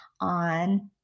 on